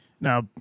Now